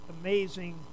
amazing